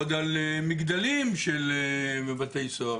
עוד על מגדלים בבתי סוהר,